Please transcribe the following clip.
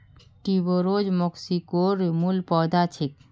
tuberose मेक्सिकोर मूल पौधा छेक